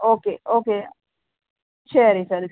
okay okay சரி sir